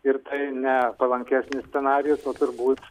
ir tai ne palankesnis scenarijus o turbūt